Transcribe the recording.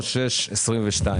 נכון אבל אתה יודע שאני לא יכול.